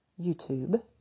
YouTube